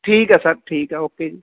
ਠੀਕ ਹੈ ਸਰ ਠੀਕ ਹੈ ਓਕੇ ਜੀ